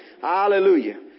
Hallelujah